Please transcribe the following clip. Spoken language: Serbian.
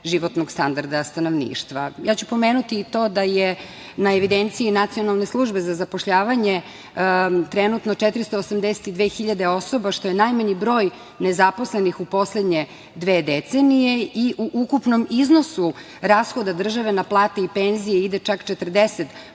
životnog standarda stanovništva. Ja ću pomenuti i to da je na evidenciji Nacionalne službe za zapošljavanje trenutno 482.000 osoba, što je najmanji broj nezaposlenih u poslednje dve decenije i u ukupnom iznosu rashoda države na plate i penzije ide čak 40%,